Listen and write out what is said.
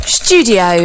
studio